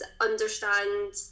understand